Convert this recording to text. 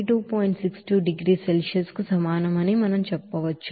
62 డిగ్రీల సెల్సియస్ కు సమానం అని మనం చెప్పవచ్చు